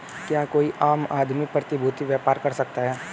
क्या कोई भी आम आदमी प्रतिभूती व्यापार कर सकता है?